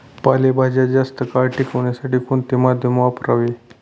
पालेभाज्या जास्त काळ टिकवण्यासाठी कोणते माध्यम वापरावे?